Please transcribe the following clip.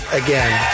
again